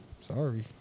sorry